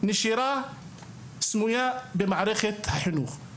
נשירה סמויה במערכת החינוך.